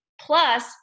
Plus